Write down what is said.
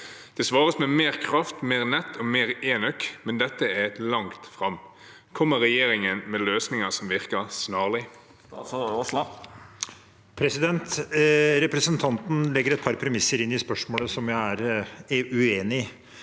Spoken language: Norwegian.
Det svares med mer kraft, mer nett og mer enøk, men dette er langt fram. Kommer regjeringen med løsninger som virker snarlig?» Statsråd Terje Aasland Representanten legger et par premisser inn i spørsmålet som jeg er uenig i.